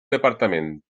departament